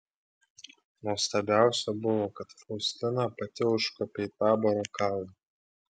nuostabiausia buvo kad faustina pati užkopė į taboro kalną